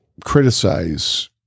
criticize